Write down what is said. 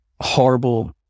horrible